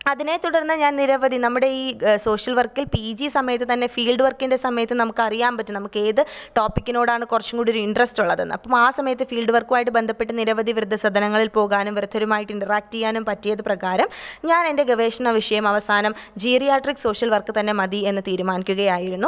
അതിനെ തുടർന്ന് ഞാൻ നിരവധി നമ്മുടെ ഈ സോഷ്യൽ വർക്കിൽ പി ജി സമയത്ത് തന്നെ ഫീൽഡ് വർക്കിൻ്റെ സമയത്ത് നമുക്ക് അറിയാൻ പറ്റും നമുക്ക് ഏത് ടോപ്പിക്കിനോടാണ് കുറച്ചുംകൂടി ഒരു ഇൻട്രസ്റ്റ് ഉള്ളതെന്ന് അപ്പോൾ ആ സമയത്ത് ഫീൽഡ് വർക്കുമായിട്ട് ബന്ധപ്പെട്ട് നിരവധി വൃദ്ധസദനങ്ങളിൽ പോകാനും വൃദ്ധരുമായിട്ട് ഇൻട്രാക്റ്റ് ചെയ്യാനും പറ്റിയത് പ്രകാരം ഞാനെൻ്റെ ഗവേഷണ വിഷയം അവസാനം ജീറിയാട്രിക് സോഷ്യൽ വർക്ക് തന്നെ മതിയെന്ന് തീരുമാനിക്കുകയായിരുന്നു